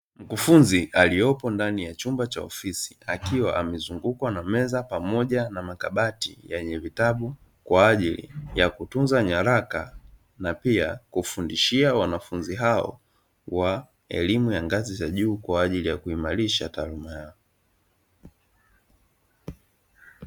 Mkufunzi aliopo ndani ya chumba cha ofisi, akiwa amezungukwa na meza pamoja na makabati yenye vitabu, kwa ajili ya kutunza nyaraka na pia kufundishia wanafunzi hao, wa elimu ya ngazi za juu kwa ajili ya kuimarisha taaluma yao.